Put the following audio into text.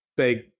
big